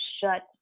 shut